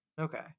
Okay